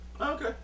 Okay